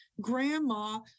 grandma